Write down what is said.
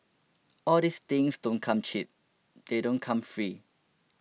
all these things don't come cheap they don't come free